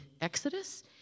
Exodus